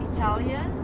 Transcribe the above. Italian